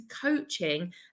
coaching